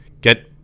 get –